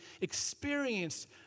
experienced